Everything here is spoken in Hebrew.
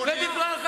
יש דוגמה לאופוזיציה,